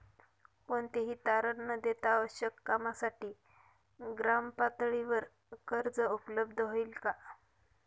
कोणतेही तारण न देता आवश्यक कामासाठी ग्रामपातळीवर कर्ज उपलब्ध होईल का?